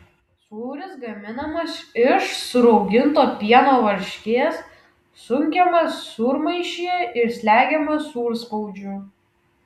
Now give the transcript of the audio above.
sūris gaminamas iš surauginto pieno varškės sunkiamas sūrmaišyje ir slegiamas sūrspaudžiu